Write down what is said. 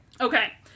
okay